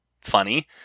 funny